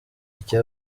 icyo